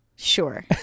sure